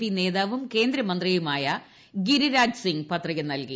P നേതാവൂം കേന്ദ്രമന്ത്രിയുമായ ഗിരിരാജ് സിംഗ് പത്രിക നൽകി